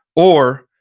or,